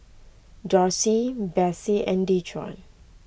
Dorsey Besse and Dejuan